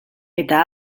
eta